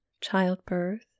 childbirth